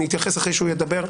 אני אתייחס אחרי שהוא ידבר.